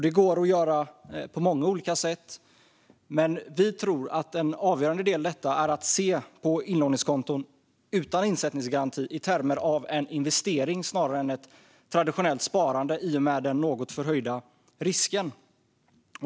Det går att göra på många olika sätt, men vi tror att en avgörande del i detta är att se på inlåningskonton utan insättningsgaranti i termer av en investering snarare än ett traditionellt sparande i och med den något förhöjda risken.